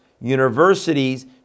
universities